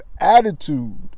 attitude